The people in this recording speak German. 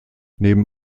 neben